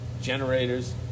Generators